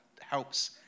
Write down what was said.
helps